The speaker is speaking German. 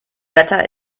wetter